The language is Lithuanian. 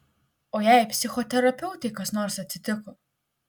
o jei psichoterapeutei kas nors atsitiko